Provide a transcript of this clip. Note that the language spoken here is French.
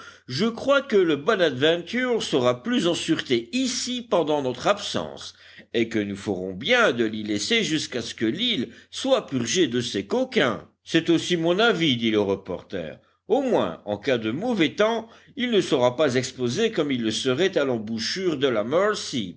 je crois que le bonadventure sera plus en sûreté ici pendant notre absence et que nous ferons bien de l'y laisser jusqu'à ce que l'île soit purgée de ces coquins c'est aussi mon avis dit le reporter au moins en cas de mauvais temps il ne sera pas exposé comme il le serait à l'embouchure de la